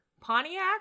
Pontiac